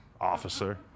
Officer